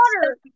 water